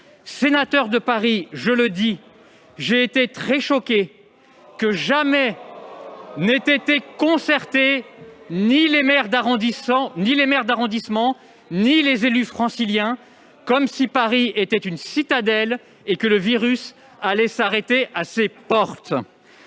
Sénateur de Paris, j'ai été très choqué- je le dis -que n'aient été consultés ni les maires d'arrondissement ni les élus franciliens, comme si Paris était une citadelle et comme si le virus allait s'arrêter à ses portes.